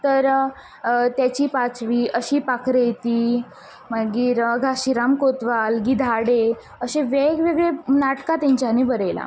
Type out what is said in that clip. तर तेची पाचवी अशी पाखरे येती मागीर घाशीराम कोतवाल गिधाडे अशे वेगवेगळें नाटकां तेंच्यांनी बरयलां